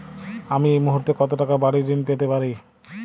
আমি এই মুহূর্তে কত টাকা বাড়ীর ঋণ পেতে পারি?